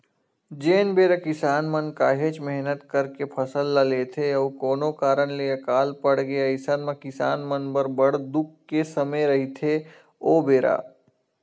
जेन बेरा किसान मन काहेच मेहनत करके फसल ल लेथे अउ कोनो कारन ले अकाल पड़गे अइसन म किसान मन बर बड़ दुख के समे रहिथे ओ बेरा